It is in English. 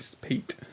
Pete